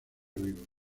vivos